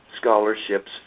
scholarships